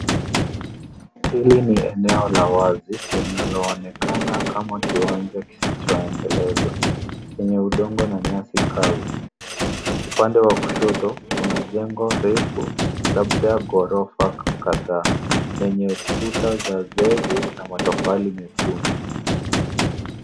Hili ni eneo la wazi, linaloonekana kama kiwanja kisichoendelezwa chenye udongo na nyasi kavu. Upande wa kushoto, kuna jengo refu labda ghorofa kadhaa lenye kuta za zege na matofali mekundu.